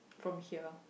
from here